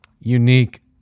unique